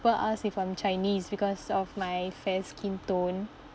people ask if I'm chinese because of my fair skin tone